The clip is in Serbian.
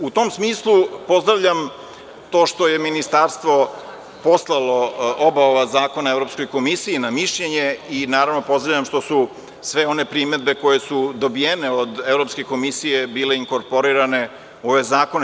U tom smislu, pozdravljam to što je Ministarstvo poslalo oba ova zakona Evropskoj komisiji na mišljenje i naravno, pozdravljam što su sve one primedbe koje su dobijene od Evropske komisije bile inkorporirane u ove zakone.